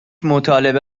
مطالبه